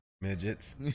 midgets